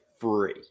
free